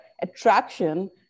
attraction